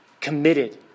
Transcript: committed